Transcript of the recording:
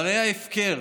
מראה ההפקר